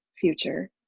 future